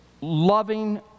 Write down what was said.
loving